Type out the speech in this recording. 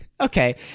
okay